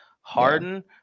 Harden